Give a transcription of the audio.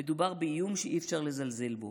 מדובר באיום שאי-אפשר לזלזל בו.